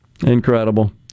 Incredible